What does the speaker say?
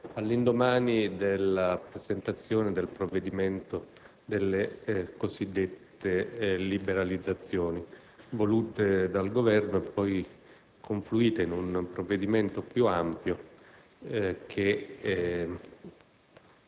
all'indomani della presentazione del provvedimento sulle cosiddette liberalizzazioni, volute dal Governo, poi confluito in un provvedimento più ampio che,